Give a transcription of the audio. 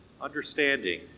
understanding